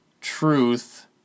truth